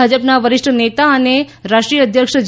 ભાજપના વરિષ્ઠ નેતા અને રાષ્ટ્રીય અધ્યક્ષ જે